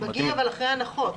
מגיע, אחרי הנחות.